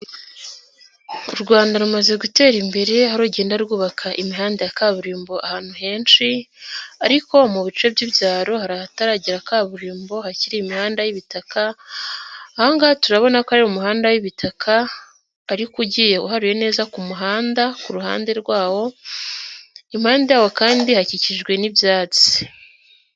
U Rwanda rumaze gutera imbere aho rugenda rwubaka imihanda ya kaburimbo ahantu henshi ariko mu bice by'ibyaro hari ahataragera kaburimbo hakiri imihanda y'ibitaka, ahangaha turabona ko ari umuhanda w'ibitaka ariko ugiye uharuye neza ku muhanda, ku ruhande rwawo, impande yaho kandi hakikijwe n'ibyatsi.